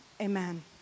Amen